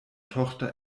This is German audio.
tochter